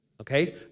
Okay